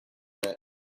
that